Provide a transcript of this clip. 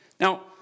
Now